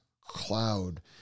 cloud